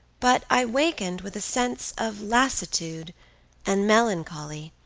but i wakened with a sense of lassitude and melancholy,